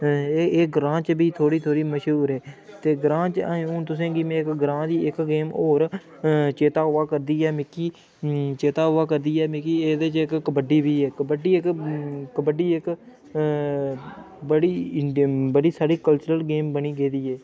अऽ एह् एह् ग्रांऽ च बी थोह्ड़ी थोह्ड़ी मश्हूर ऐ ते ग्रांऽ च अजें हून तु'सें गी में इक ग्रांऽ इक गेम होर अ चेता आवा करदी ऐ मिक्की चेता आवा करदी ऐ मिक्की एह्दे च इक कब्बड्डी बी ऐ कबड्डी इक अऽ कब्बड्डी अऽ इक बड़ी इंडिय बड़ी साढ़ी कल्चरल गेम बनी गेदी ऐ